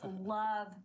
love